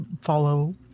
follow